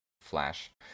flash